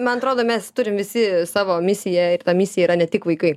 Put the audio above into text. man atrodo mes turim visi savo misiją ir ta misija yra ne tik vaikai